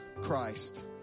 Christ